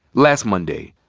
last monday,